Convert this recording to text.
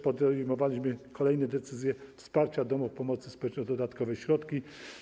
Podejmowaliśmy też kolejne decyzje o wsparciu domów pomocy społecznej dodatkowymi środkami.